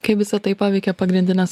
kaip visa tai paveikia pagrindines